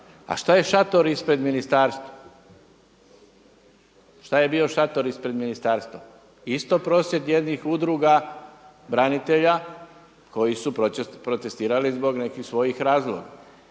A što je šator ispred ministarstva? Šta je bio šator ispred ministarstva? Isto prosvjed jednih udruga branitelja koji su protestirali zbog nekih svojih razloga.